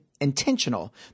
intentional